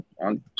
on